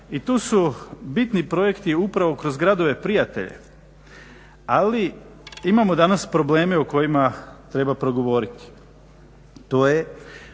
i tu su bitni projekti upravo kroz gradove prijatelja, ali imamo danas probleme o kojima treba progovoriti. To je